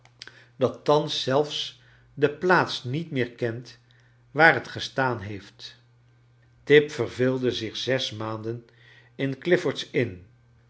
dat thans zelfs de plaats niet meer kent waar het gestaan heeft tip verveelde zich zes maanden in clifford's inn